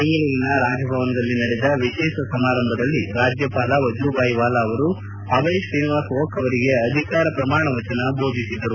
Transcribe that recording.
ಬೆಂಗಳೂರಿನ ರಾಜಭವನದಲ್ಲಿ ನಡೆದ ವಿಶೇಷ ಸಮಾರಂಭದಲ್ಲಿ ರಾಜ್ಯಪಾಲ ವಜೂಭಾಯಿ ವಾಲಾ ಅವರು ಅಭಯ್ ಶ್ರೀನಿವಾಸ್ ಓಕ್ ಅವರಿಗೆ ಅಧಿಕಾರ ಪ್ರಮಾಣ ವಚನ ಬೋಧಿಸಿದರು